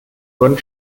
wurden